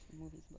movies